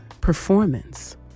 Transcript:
performance